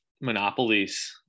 monopolies